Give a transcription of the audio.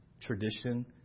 tradition